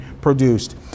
produced